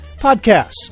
podcast